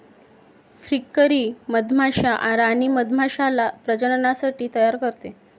फ्रीकरी मधमाश्या राणी मधमाश्याला प्रजननासाठी तयार करते